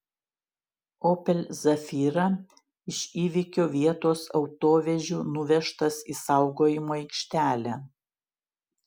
opel zafira iš įvykio vietos autovežiu nuvežtas į saugojimo aikštelę